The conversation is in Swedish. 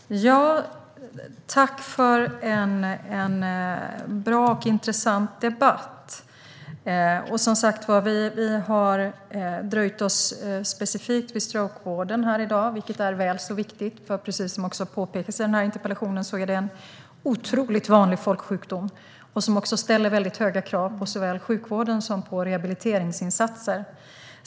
Herr talman! Tack för en bra och intressant debatt! Vi har som sagt dröjt specifikt vid frågan om strokevården här i dag, vilket är väl så viktigt. Precis som också påpekas i interpellationen är stroke en otroligt vanlig folksjukdom som ställer höga krav såväl på sjukvården som på rehabiliteringsinsatser.